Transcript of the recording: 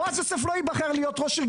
בועז יוסף לא ייבחר להיות ראש עיר,